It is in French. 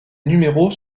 numéros